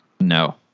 No